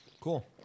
cool